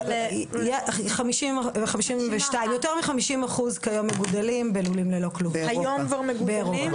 יותר מ-50% כיום מגודלים בלולים ללא כלובים באירופה.